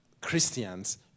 Christians